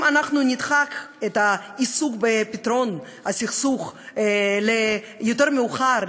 אם אנחנו נדחק את העיסוק בפתרון הסכסוך ליותר מאוחר,